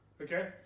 Okay